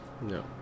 no